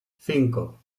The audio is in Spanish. cinco